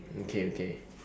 okay okay